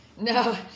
No